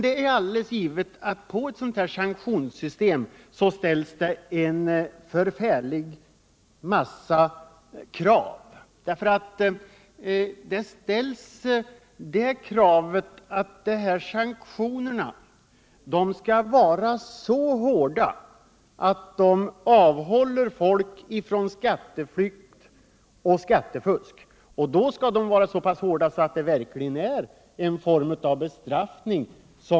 På ett sådant här sanktionssystem ställs det mycket höga krav. Sanktionerna måste vara så hårda att de avhåller folk från skatteflykt och skattefusk. De måste vara så hårda att de verkligen blir en form av bestraffning.